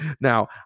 Now